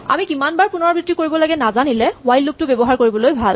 আমি কিমানবাৰ পুণৰাবৃত্তি কৰিব লাগে নাজানিলে হুৱাইল লুপ টো ব্যৱহাৰ কৰিবলৈ ভাল